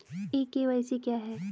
ई KYC क्या है?